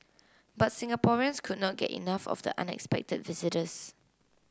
but Singaporeans could not get enough of the unexpected visitors